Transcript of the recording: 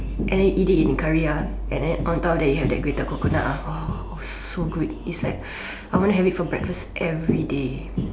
and then eat it in the curry ah and then on top you have that grated coconut ah !wow! so good it's like I want to have it for breakfast everyday